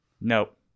Nope